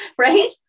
right